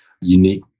unique